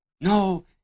No